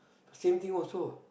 same thing also